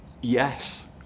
yes